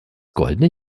goldene